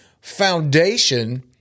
foundation